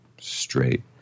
Straight